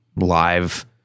live